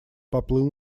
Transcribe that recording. поплыл